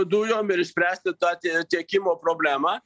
dujom ir išspręsti tą tiekimo problemą